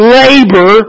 labor